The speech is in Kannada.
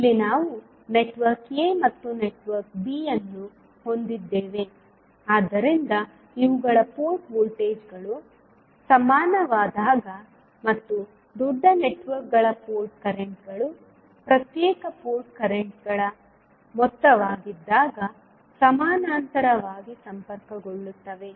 ಇಲ್ಲಿ ನಾವು ನೆಟ್ವರ್ಕ್ a ಮತ್ತು ನೆಟ್ವರ್ಕ್ ಬಿ ಅನ್ನು ಹೊಂದಿದ್ದೇವೆ ಆದ್ದರಿಂದ ಇವುಗಳ ಪೋರ್ಟ್ ವೋಲ್ಟೇಜ್ಗಳು ಸಮಾನವಾದಾಗ ಮತ್ತು ದೊಡ್ಡ ನೆಟ್ವರ್ಕ್ಗಳ ಪೋರ್ಟ್ ಕರೆಂಟ್ಗಳು ಪ್ರತ್ಯೇಕ ಪೋರ್ಟ್ ಕರೆಂಟ್ಗಳ ಮೊತ್ತವಾಗಿದ್ದಾಗ ಸಮಾನಾಂತರವಾಗಿ ಸಂಪರ್ಕಗೊಳ್ಳುತ್ತವೆ